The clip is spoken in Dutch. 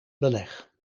beleg